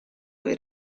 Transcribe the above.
cui